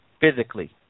physically